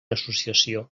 associació